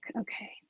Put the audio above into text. Okay